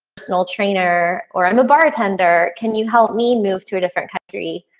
small trainer or i'm a bartender. can you help me move to a different country?